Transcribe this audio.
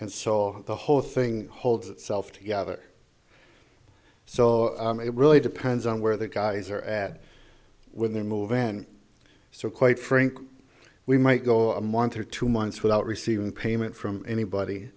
and saw the whole thing holds itself together so it really depends on where the guys are at when they move in so quite frankly we might go a month or two months without receiving payment from anybody